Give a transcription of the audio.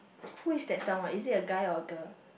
who is that someone is it a guy or a girl